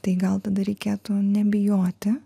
tai gal tada reikėtų nebijoti